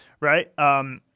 right